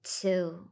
two